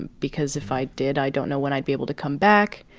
and because if i did, i don't know when i'd be able to come back.